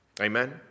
amen